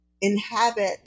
inhabit